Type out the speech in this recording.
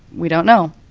we don't know.